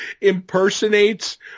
impersonates